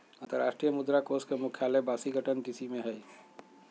अंतरराष्ट्रीय मुद्रा कोष के मुख्यालय वाशिंगटन डीसी में हइ